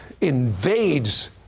invades